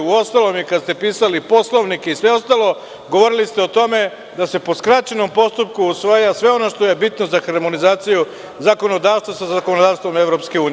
Uostalom, kada ste pisali Poslovnik i sve ostalo govorili ste o tome da se po skraćenom postupku usvaja sve ono što je bitno za harmonizaciju zakonodavstva sa zakonodavstvom EU.